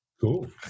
cool